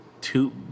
two